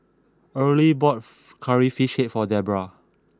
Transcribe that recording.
early bought Curry Fish Head for Debbra